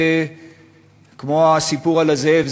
כמו בסיפור על "זאב,